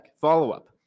follow-up